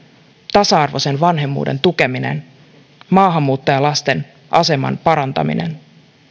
tasa arvoisen vanhemmuuden tukeminen maahanmuuttajalasten aseman parantaminen